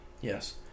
Yes